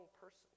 person